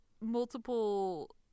multiple